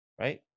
Right